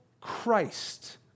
Christ